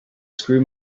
screw